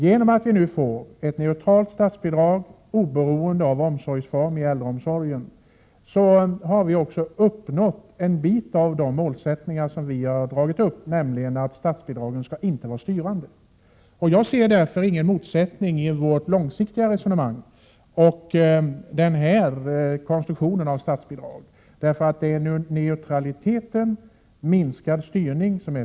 Genom att vi nu får ett neutralt statsbidrag, oberoende av omsorgsform i äldreomsorgen, har vi också uppnått en del av de målsättningar som vi har dragit upp, nämligen att statsbidragen inte skall vara styrande. Jag ser därför ingen motsättning mellan vårt långsiktiga resonemang och denna konstruktion av statsbidrag. Det väsentliga är ju neutraliteten och en minskad styrning.